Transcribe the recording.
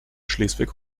schleswig